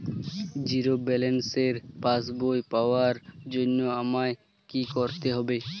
Zero ব্যালেন্সের পাসবই পাওয়ার জন্য আমায় কী করতে হবে?